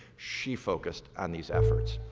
she focused on these efforts.